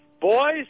Boys